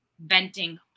venting